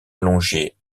allongées